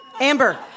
Amber